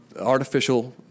artificial